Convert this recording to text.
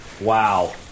wow